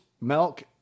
milk